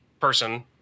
person